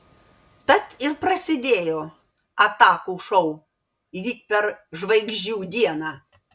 tad ir prasidėjo atakų šou lyg per žvaigždžių dieną